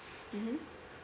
mmhmm